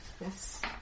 Yes